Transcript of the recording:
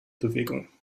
bewegung